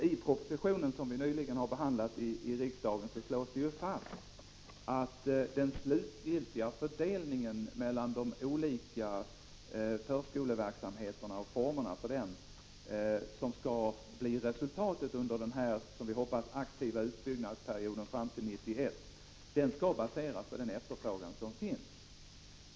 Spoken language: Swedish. I propositionen, som vi nyligen har behandlat i riksdagen, slås det ju fast att den slutgiltiga fördelningen mellan de olika förskoleverksamheterna och formerna härvidlag, som skall bli resultatet under den — som vi hoppas — aktiva utbyggnadsperioden fram till 1991, skall baseras på den efterfrågan som finns.